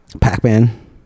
Pac-Man